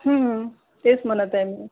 तेच म्हणत आहे मी